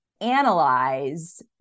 analyze